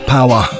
Power